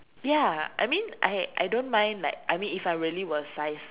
ya I mean I I don't mind like I mean if I really were sized